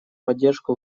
поддержку